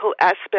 aspects